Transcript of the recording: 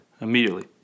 immediately